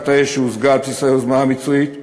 האש שהושגה על בסיס היוזמה המצרית משקפת,